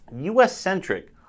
US-centric